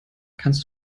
kannst